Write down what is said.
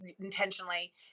Intentionally